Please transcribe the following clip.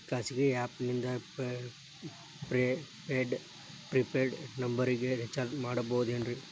ಖಾಸಗಿ ಆ್ಯಪ್ ನಿಂದ prepaid ನಂಬರಿಗ ರೇಚಾರ್ಜ್ ಮಾಡಬಹುದೇನ್ರಿ?